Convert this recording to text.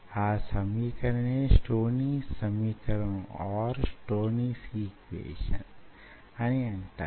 ఈ సమీకరణాన్ని స్టోనీ సమీకరణం స్టోనీస్ ఈక్వెషన్ అని అంటారు